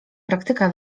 praktyka